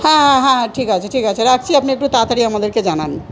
হ্যাঁ হ্যাঁ হ্যাঁ ঠিক আছে ঠিক আছে রাখছি আপনি একটু তাড়াতাড়ি আমাদেরকে জানান